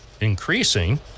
increasing